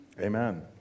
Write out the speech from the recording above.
Amen